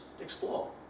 explore